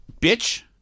bitch